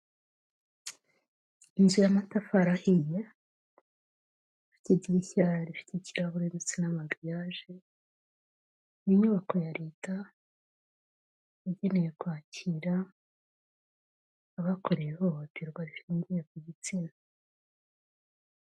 Inzu y'amatafari ahiye, ifite idirishya rifite ikirahure ndetse n'amagiriyaje, ni inyubako ya leta, igenewe kwakira, abakorewe ihohoterwa rishingiye ku gitsina.